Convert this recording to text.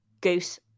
Goose